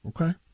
Okay